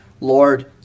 Lord